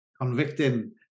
Convicting